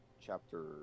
chapter